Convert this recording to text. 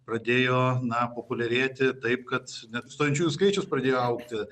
pradėjo na populiarėti taip kad net stojančiųjų skaičius pradėjo augti